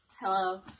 Hello